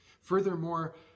Furthermore